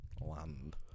Land